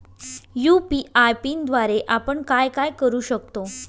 UPI पिनद्वारे आपण काय काय करु शकतो?